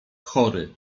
chory